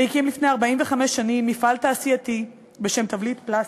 והקים לפני 45 שנים מפעל תעשייתי בשם "תבליט פלסטיק".